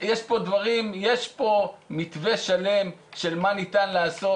יש פה מתווה שלם של מה ניתן לעשות.